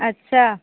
अच्छा